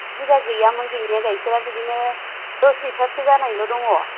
बुरजा गैयामोन गैनाया गाइखेरा बिदिनो दस लिथारसो जानायल' दङ